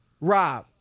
Rob